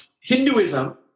Hinduism